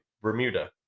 bermuda